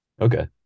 Okay